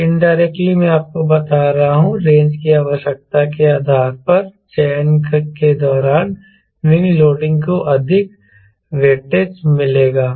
तो इनडायरेक्टली मैं आपको बता रहा हूं रेंज की आवश्यकता के आधार पर चयन के दौरान विंग लोडिंग को अधिक वेटेज मिलेगा